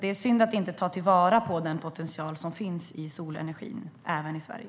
Det är synd att inte ta till vara den potential som finns i solenergin även i Sverige.